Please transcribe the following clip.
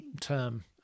term